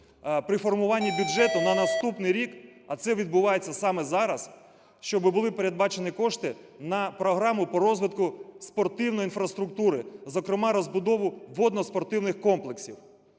при формуванні бюджету на наступний рік, а це відбувається саме зараз, щоби були передбачені кошти на програму по розвитку спортивної інфраструктури, зокрема розбудову водноспортивних комплексів.